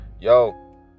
Yo